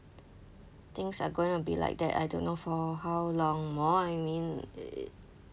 things are going to be like that I don't know for how long more I mean err